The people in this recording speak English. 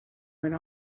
went